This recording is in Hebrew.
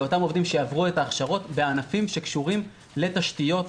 לאותם אנשים שעברו את ההכשרות בענפים שקשורים לתשתיות,